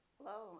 Hello